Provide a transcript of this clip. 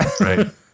Right